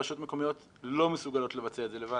הרשויות המקומיות לא מסוגלות לבצע את זה לבד.